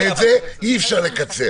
ואת זה אי אפשר לקצר.